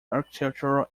architectural